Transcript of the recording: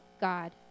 God